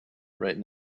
right